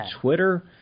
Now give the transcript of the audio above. Twitter